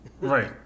Right